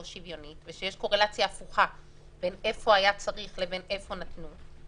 שוויונית ושיש קורלציה הפוכה בין איפה היה צריך לאכוף לבין איפה אכפו,